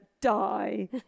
die